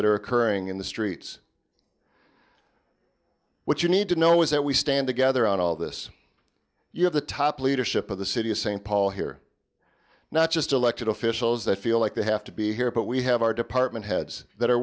that are occurring in the streets what you need to know is that we stand together on all this you have the top leadership of the city of st paul here not just elected officials that feel like they have to be here but we have our department heads that are